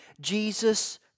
Jesus